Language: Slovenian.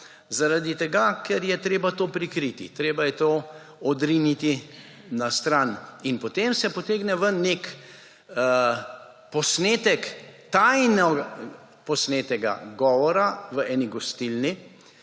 zaradi tega, ker je treba to prikriti, treba je to odriniti na stran. Potem se potegne ven nek posnetek tajno posnetega govora v eni gostilni,